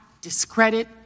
discredit